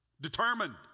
Determined